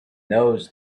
those